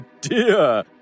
dear